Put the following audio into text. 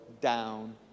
down